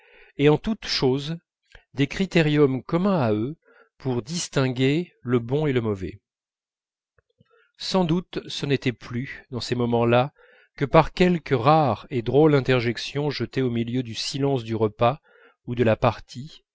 et en toutes choses des critériums communs à eux pour distinguer le bon et le mauvais sans doute ce n'était plus dans ces moments-là que par quelque rare et drôle interjection jetée au milieu du silence du repas ou de la partie